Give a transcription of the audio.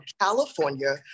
California